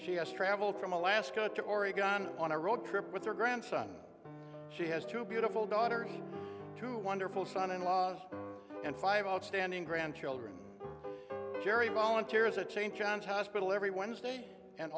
she has traveled from alaska to oregon on a road trip with her grandson she has two beautiful daughters two wonderful son in law and five outstanding grandchildren jerry volunteers a change john's hospital every wednesday and